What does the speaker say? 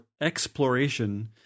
exploration